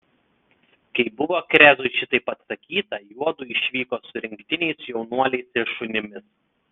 kai buvo krezui šitaip atsakyta juodu išvyko su rinktiniais jaunuoliais ir šunimis